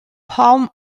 palm